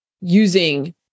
using